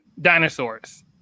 dinosaurs